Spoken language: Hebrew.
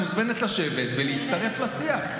את מוזמנת לשבת ולהצטרף לשיח,